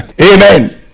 Amen